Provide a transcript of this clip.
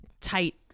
tight